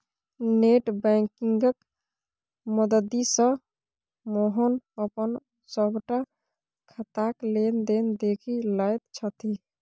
net बैंकिंगक मददिसँ मोहन अपन सभटा खाताक लेन देन देखि लैत छथि